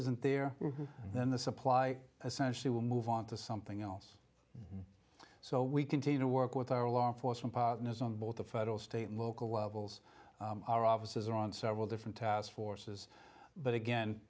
isn't there then the supply essential to move on to something else so we continue to work with our law enforcement partners on both the federal state and local levels our officers are on several different task forces but again